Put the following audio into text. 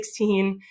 2016